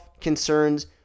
concerns